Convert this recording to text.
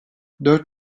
dört